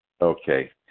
Okay